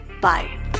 bye